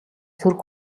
сөрөг